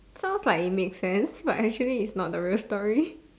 sounds like it makes sense but actually its not the real story